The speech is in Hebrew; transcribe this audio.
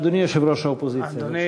אדוני יושב-ראש האופוזיציה.